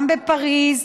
גם בפריז,